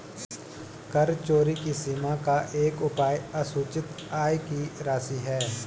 कर चोरी की सीमा का एक उपाय असूचित आय की राशि है